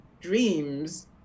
dreams